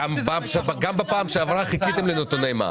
גם בפעם שעברה חיכיתם לנתוני מע"מ.